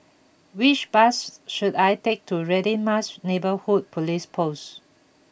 which bus should I take to Radin Mas Neighbourhood Police Post